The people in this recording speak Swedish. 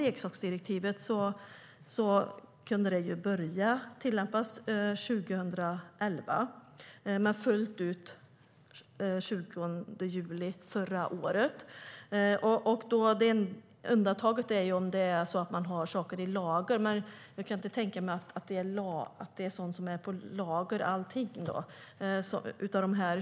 Leksaksdirektivet kunde börja tillämpas 2011 men fullt ut den 20 juli förra året. Undantaget gäller om man har saker i lager, men jag kan inte tänka mig att alla 25 procenten har funnits på lager.